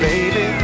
Baby